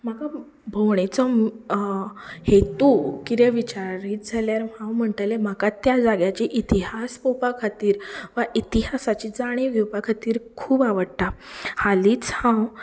म्हाका भोंवडेचो हेतू कितें विचारीत जाल्यार हांव म्हणटलें म्हाका त्या जाग्याची इतिहास पोवपा खातीर वा इतिहासाची जाणीव घेवपा खातीर खूब आवडटा हालींच हांव